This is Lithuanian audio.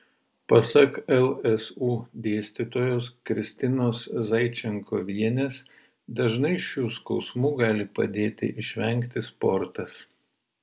pasak lsu dėstytojos kristinos zaičenkovienės dažnai šių skausmų gali padėti išvengti sportas